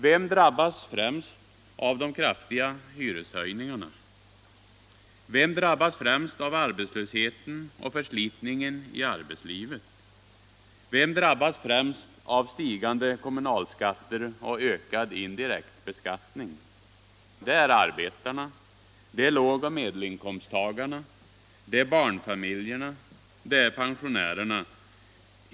Vem drabbas främst av de kraftiga hyreshöjningarna? Vem drabbas främst av arbetslösheten och förslitningen i arbetslivet? Vem drabbas främst av stigande kommunalskatter och ökad indirekt beskattning? Det är arbetarna. Det är låg och medelinkomsttagarna. Det är barnfamiljerna. Det är pensionärerna.